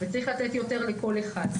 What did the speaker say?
וצריך לתת יותר לכל אחד.